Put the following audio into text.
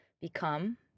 become